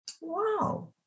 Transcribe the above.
wow